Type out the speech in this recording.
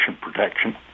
protection